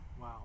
Wow